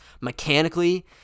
mechanically